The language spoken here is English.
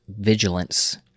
vigilance